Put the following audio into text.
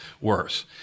worse